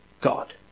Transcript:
God